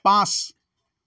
পাঁচ